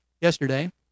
yesterday